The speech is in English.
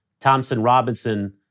Thompson-Robinson